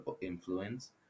influence